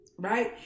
Right